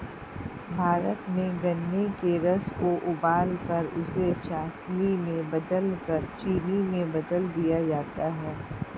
भारत में गन्ने के रस को उबालकर उसे चासनी में बदलकर चीनी में बदल दिया जाता है